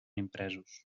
impresos